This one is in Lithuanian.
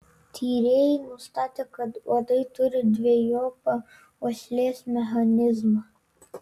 tyrėjai nustatė kad uodai turi dvejopą uoslės mechanizmą